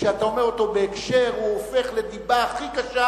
וכשאתה אומר אותו בהקשר הוא הופך לדיבה הכי קשה,